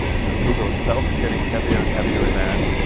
you know, google itself is getting heavier and heavier with ads.